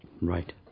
Right